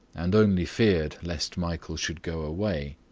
and only feared lest michael should go away.